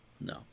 No